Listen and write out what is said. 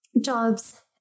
jobs